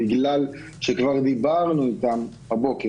בגלל שכבר דיברנו איתן הבוקר,